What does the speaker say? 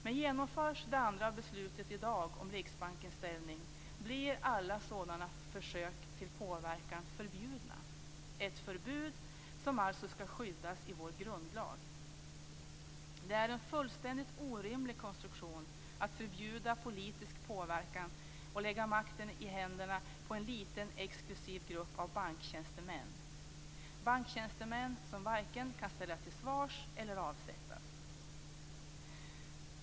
Men genomförs det andra beslutet i dag om Riksbankens ställning blir alla sådana försök till påverkan förbjudna, ett förbud som skall skyddas i vår grundlag. Det är en fullständigt orimlig konstruktion att förbjuda politisk påverkan och lägga makten i händerna på en liten exklusiv grupp av banktjänstemän som varken kan ställas till svars eller avsättas.